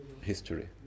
history